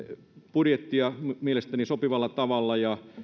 budjettia mielestäni sopivalla tavalla